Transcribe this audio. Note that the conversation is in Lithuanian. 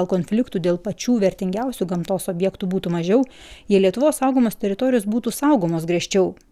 o gal konfliktų dėl pačių vertingiausių gamtos objektų būtų mažiau jei lietuvos saugomos teritorijos būtų saugomos griežčiau